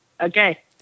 Okay